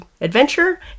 adventure